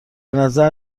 نظر